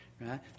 Right